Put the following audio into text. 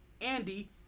Andy